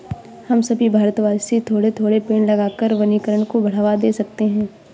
हम सभी भारतवासी थोड़े थोड़े पेड़ लगाकर वनीकरण को बढ़ावा दे सकते हैं